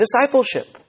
discipleship